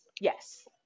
Yes